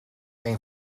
een